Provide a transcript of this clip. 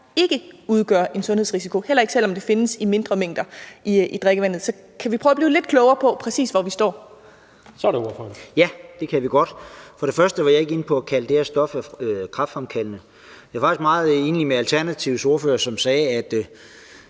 ikke udgør en sundhedsrisiko, heller ikke selv om det findes i mindre mængder i drikkevandet. Så kan vi prøve at blive lidt klogere på, præcis hvor DF står? Kl. 16:52 Tredje næstformand (Jens Rohde): Så er det ordføreren. Kl. 16:52 René Christensen (DF): Ja, det kan vi godt. For det første var jeg ikke inde på at kalde det her stof kræftfremkaldende. Jeg er faktisk meget enig med Alternativets ordfører, som sagde, at